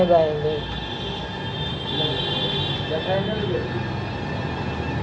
account खोलबैत काल आधार सं के.वाई.सी अपडेट ऑनलाइन आ ऑफलाइन कैल जा सकै छै